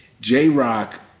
J-Rock